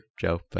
Joe